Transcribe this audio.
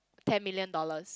ten million dollars